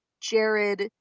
Jared